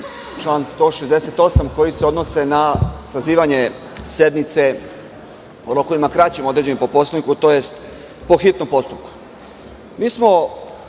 član 168, koji se odnose na sazivanje sednice u rokovima kraćim određenim po Poslovniku, tj. po hitnom postupku. Obavešteni